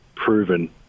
proven